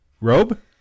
Robe